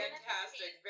Fantastic